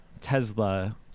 Tesla